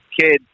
kid